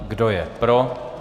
Kdo je pro?